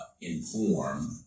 inform